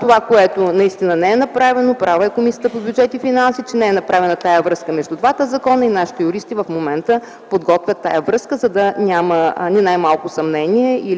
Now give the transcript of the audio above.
Това, което наистина не е направено и е права Комисията по бюджет и финанси, че не е направена тази връзка между двата закона. Нашите юристи в момента подготвят тази връзка, за да няма ни най малко съмнение или